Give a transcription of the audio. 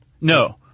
No